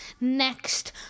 next